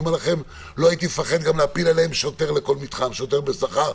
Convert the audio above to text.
לא הייתי פוחד להפיל גם שוטר בכל מתחם בשכר,